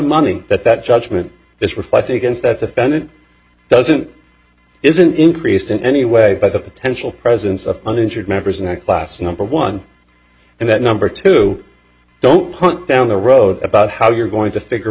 money that that judgment this reflects against that defendant doesn't isn't increased in any way by the potential presence of uninsured members in a class number one and that number two don't hunt down the road about how you're going to figure